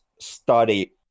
study